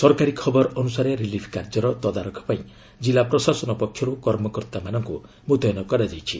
ସରକାରୀ ଖବର ଅନୁସାରେ ରିଲିଫ୍ କାର୍ଯ୍ୟର ତଦାରଖ ପାଇଁ କିଲ୍ଲା ପ୍ରଶାସନ ପକ୍ଷରୁ କର୍ମକର୍ତ୍ତାମାନଙ୍କୁ ମୁତୟନ କରାଯାଇଛି